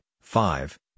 Five